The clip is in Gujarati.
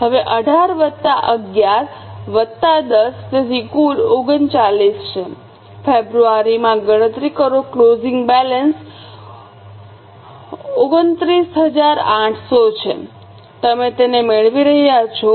હવે 18 વત્તા 11 વત્તા 10 તેથી કુલ 39 છે ફેબ્રુઆરીમાં ગણતરી કરો ક્લોઝિંગ બેલેન્સ 29800 છે તમે તેને મેળવી રહ્યા છો